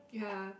ya